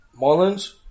Marlins